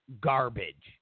garbage